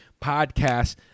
podcast